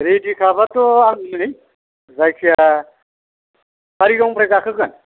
रेडिखाबाथ' आं नै जायखिजाया कारिगावनिफ्राय गाखोगोन